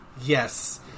Yes